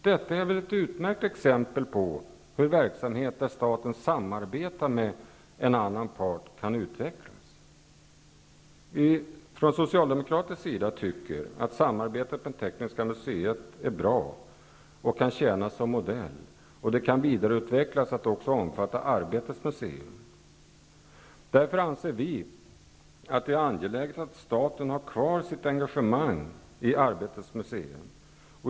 Detta är ett utmärkt exempel på hur verksamhet där staten samarbetar med en annan part kan utvecklas. Vi socialdemokrater tycker att samarbetet med Tekniska museet är bra och kan tjäna som modell och att detta kan vidareutvecklas till att också omfatta Arbetets museum. Därför anser vi att det är angeläget att staten har kvar sitt engagemang i Arbetets museum.